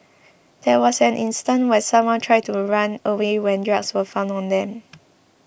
there was an instance where someone tried to run away when drugs were found on them